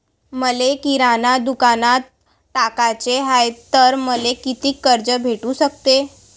मले किराणा दुकानात टाकाचे हाय तर मले कितीक कर्ज भेटू सकते?